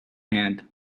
hand